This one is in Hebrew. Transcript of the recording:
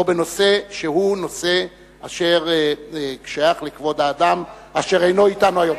בנושא אשר שייך לכבוד אדם אשר אינו אתנו היום?